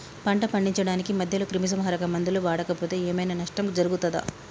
పంట పండించడానికి మధ్యలో క్రిమిసంహరక మందులు వాడకపోతే ఏం ఐనా నష్టం జరుగుతదా?